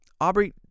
Aubrey